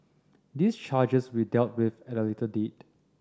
these charges will dealt with at a later date